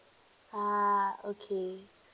ah okay